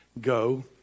Go